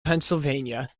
pennsylvania